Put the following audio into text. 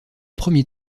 premier